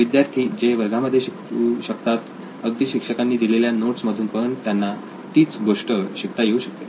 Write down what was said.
विद्यार्थी जे वर्गामध्ये शिकू शकतात अगदी शिक्षकांनी दिलेल्या नोट्स मधून पण त्यांना तीच गोष्ट शिकता येऊ शकते